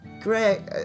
Greg